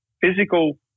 physical